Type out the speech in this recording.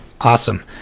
awesome